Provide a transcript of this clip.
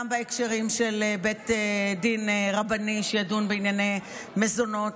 גם בהקשרים של בית דין רבני שידון בענייני מזונות,